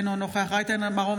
אינו נוכח אפרת רייטן מרום,